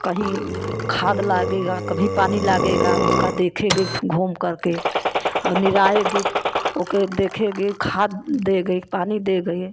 कहीं खाद लगेगा तो कभी पानी लागेगा उसका देखेंगी घूम कर के और निराएगी ओके देखेगी खाद देगी पानी देगी